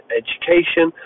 education